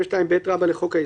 בישראל אין חוקה,